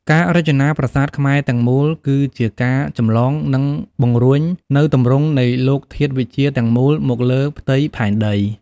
ការរចនាប្រាសាទខ្មែរទាំងមូល គឺជាការចម្លង និងបង្រួញនូវទម្រង់នៃលោកធាតុវិទ្យាទាំងមូល មកលើផ្ទៃផែនដី។